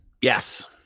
Yes